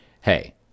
Hey